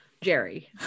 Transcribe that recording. Jerry